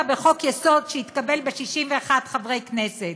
בחוק-יסוד שיתקבל על ידי 61 חברי כנסת,